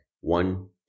one